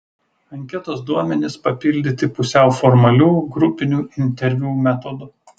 anketos duomenys papildyti pusiau formalių grupinių interviu metodu